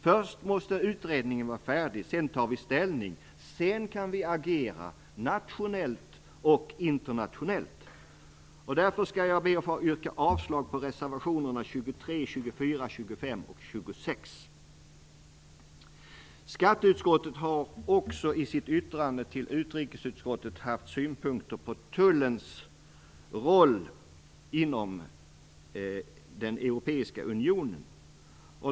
Först måste utredningen vara färdig, och sedan tar vi ställning. Därefter kan vi agera nationellt och internationellt. Därför skall jag be att få yrka avslag på reservationerna 23, 24, 25 och 26. Skatteutskottet har också i sitt yttrande till utrikesutskottet haft synpunkter på tullens roll inom den europeiska unionen.